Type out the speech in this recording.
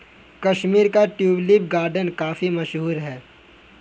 कश्मीर का tulip garden काफी मशहूर है